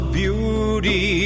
beauty